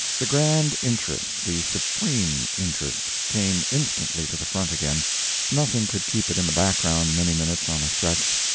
the grand interest, the supreme interest, came instantly to the front again nothing could keep it in the background many minutes on a stretch.